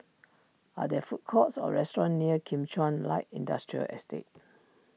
are there food courts or restaurants near Kim Chuan Light Industrial Estate